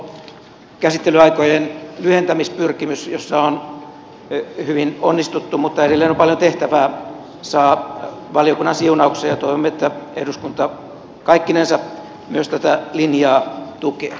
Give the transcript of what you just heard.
samoin tuo käsittelyaikojen lyhentämispyrkimys jossa on hyvin onnistuttu mutta edelleen on paljon tehtävää saa valiokunnan siunauksen ja toivomme että eduskunta kaikkinensa myös tätä linjaa tukee